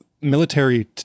military